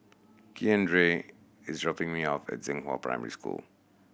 Keandre is dropping me off at Zhenghua Primary School